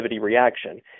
reaction